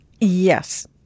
Yes